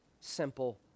simple